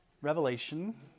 Revelation